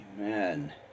Amen